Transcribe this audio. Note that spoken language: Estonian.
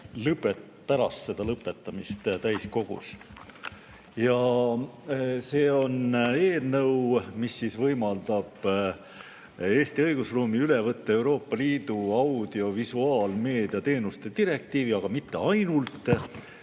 lugemise lõpetamist täiskogus. See on eelnõu, mis võimaldab Eesti õigusruumi üle võtta Euroopa Liidu audiovisuaalmeedia teenuste direktiivi. Aga mitte ainult.